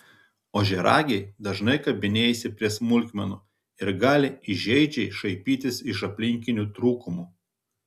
ožiaragiai dažnai kabinėjasi prie smulkmenų ir gali įžeidžiai šaipytis iš aplinkinių trūkumų